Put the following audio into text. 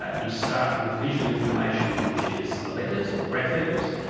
ah you start with visual information which is the letters or graphemes.